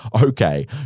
Okay